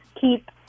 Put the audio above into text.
keep